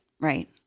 right